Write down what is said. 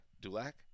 Dulac